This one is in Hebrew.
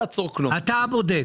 אתה בודק.